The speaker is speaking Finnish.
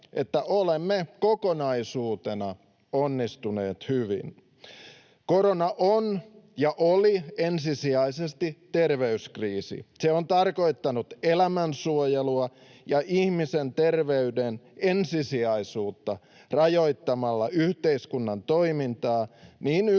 että olemme kokonaisuutena onnistuneet hyvin. Korona on ja oli ensisijaisesti terveyskriisi. Se on tarkoittanut elämän suojelua ja ihmisen terveyden ensisijaisuutta rajoittamalla yhteiskunnan toimintaa, niin yksilönvapauksia